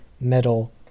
Metal